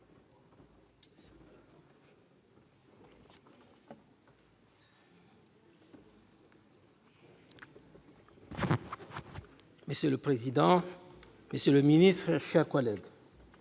Monsieur le président, monsieur le ministre, mes chers collègues,